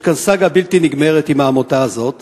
יש כאן סאגה בלתי נגמרת עם העמותה הזאת.